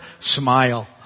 smile